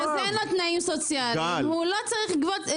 אז אין לו תנאים סוציאליים והוא לא גובה,